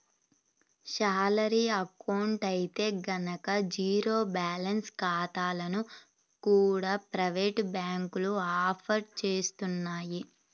salary account అయితే గనక zero balance ఖాతాలను కూడా ప్రైవేటు బ్యాంకులు ఆఫర్ చేస్తున్నాయి